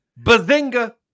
Bazinga